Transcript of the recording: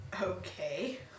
Okay